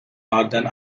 northern